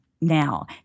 now